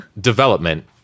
Development